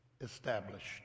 established